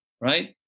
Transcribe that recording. right